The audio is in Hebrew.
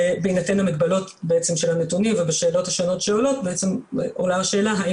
בהינתן המגבלות של הנתונים ובשאלות השונות שעלות עולה השאלה האם